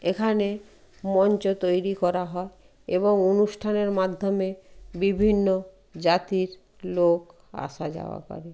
এখানে মঞ্চ তৈরি করা হয় এবং অনুষ্ঠানের মাধ্যমে বিভিন্ন জাতির লোক আসা যাওয়া করে